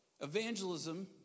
Evangelism